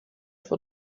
for